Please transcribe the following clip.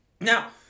now